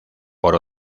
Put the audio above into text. por